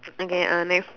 okay uh next